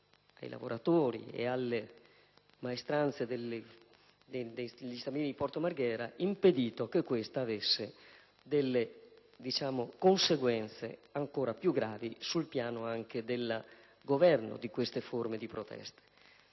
dei lavoratori e delle maestranze degli stabilimenti di Porto Marghera, ha impedito che ciò avesse conseguenze ancora più gravi sul piano del governo di queste forme di protesta.